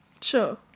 Sure